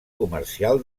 comercial